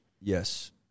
Yes